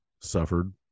suffered